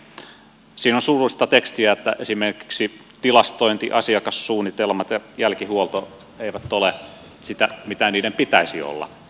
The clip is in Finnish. siinä on surullista tekstiä että esimerkiksi tilastointi asiakassuunnitelmat ja jälkihuolto eivät ole sitä mitä niiden pitäisi olla